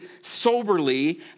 soberly